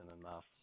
enough